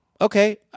okay